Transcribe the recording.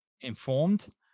informed